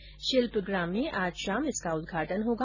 शिप्ल ग्राम में आज शाम इसका उदघाटन होगा